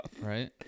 Right